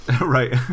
right